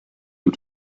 you